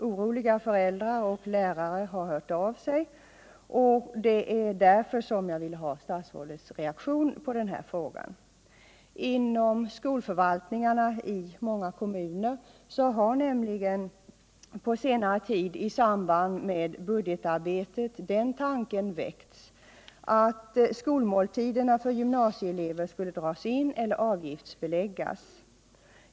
Oroliga föräldrar och lärare har emellertid hört av Nr 125 sig om detta, och det är därför jag velat få statsrådets reaktion på den här frågan. Inom skolförvaltningarna i många kommuner har på senare tid i samband med budgetarbetet den tanken väckts, att skolmåltiderna för gymnasieelever skulle dras in eller avgiftsbeläggas.